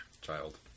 child